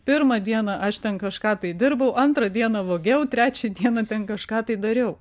pirmą dieną aš ten kažką tai dirbau antrą dieną vogiau trečią dieną ten kažką tai dariau